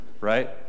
right